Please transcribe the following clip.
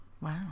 Wow